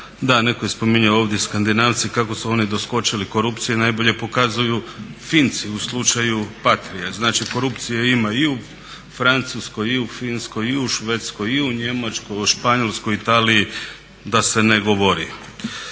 Da, netko je spominjao ovdje Skandinavce i kako su oni doskočili korupciji, najbolje pokazuju Finci u slučaju "PATRIA". Znači, korupcije ima i u Francuskoj i u Finskoj, i u Švedskoj, i u Njemačkoj i u Španjolskoj, Italiji da se ne govori.